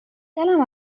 دلم